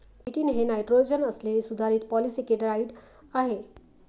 chitin हे nitrogen असलेले सुधारित पॉलिसेकेराइड आहे